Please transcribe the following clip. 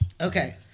Okay